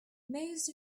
most